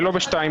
ולא ב-2(ב).